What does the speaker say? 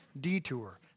detour